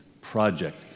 Project